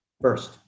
first